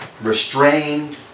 restrained